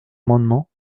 amendement